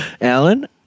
Alan